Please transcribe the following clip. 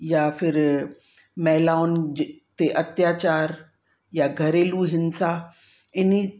या फिर महिलाउनि जे ते अत्याचार या घरेलू हिंसा इन